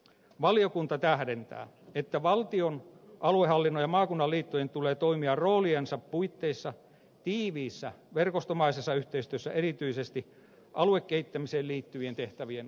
valiokunta tähdentää että valtion aluehallinnon ja maakunnan liittojen tulee toimia rooliensa puitteissa tiiviissä verkostomaisessa yhteistyössä erityisesti aluekehittämiseen liittyvien tehtävien osalta